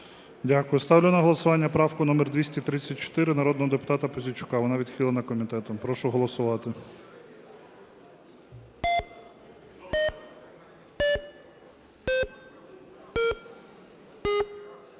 Дякую. Ставлю на голосування правку номер 234 народного депутата Пузійчука. Вона відхилена комітетом. Прошу голосувати.